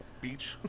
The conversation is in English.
beach